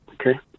Okay